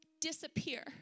disappear